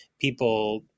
people